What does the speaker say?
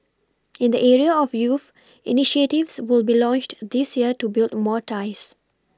in the area of youth initiatives will be launched this year to build more ties